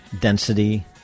density